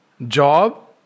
Job